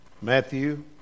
Matthew